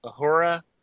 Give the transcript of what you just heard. Ahura